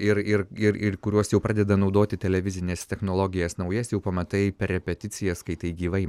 ir ir ir ir kuriuos jau pradeda naudoti televizines technologijas naujas jau pamatai per repeticijas kai tai gyvai matoma